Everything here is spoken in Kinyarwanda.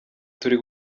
turi